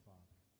Father